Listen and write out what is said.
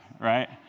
right